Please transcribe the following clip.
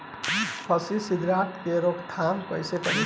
फली छिद्रक के रोकथाम कईसे करी?